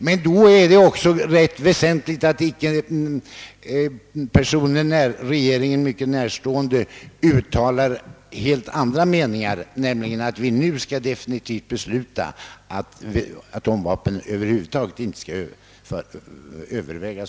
Men då är det rätt väsentligt att regeringen närstående personer icke uttalar en helt annan mening, nämligen att vi nu definitivt bör besluta att frågan om atomvapen över huvud taget inte skall övervägas.